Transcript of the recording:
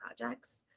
projects